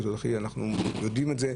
אנחנו יודעים את זה,